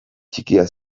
ttikia